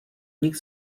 nich